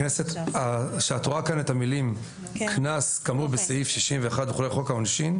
כשאת רואה כאן המילים: קנס כאמור בסעיף 61 לחוק העונשין,